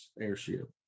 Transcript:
airship